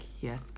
yes